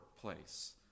place